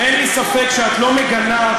אין לי ספק שאת לא מגנה,